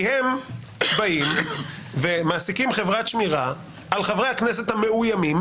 כי הם באים ומעסיקים חברת שמירה על חברי הכנסת המאוימים,